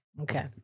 Okay